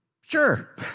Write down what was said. sure